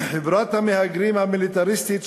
חברת המהגרים המיליטריסטית,